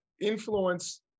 Influence